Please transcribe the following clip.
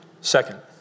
Second